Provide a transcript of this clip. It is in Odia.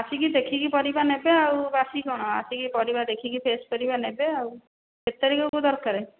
ଆସିକି ଦେଖିକି ପରିବା ନେବେ ଆଉ ବାସି କ'ଣ ଆସିକି ପରିବା ଦେଖିକି ଫ୍ରେଶ୍ ପରିବା ନେବେ ଆଉ କେତେ ତାରିଖକୁ ଦରକାର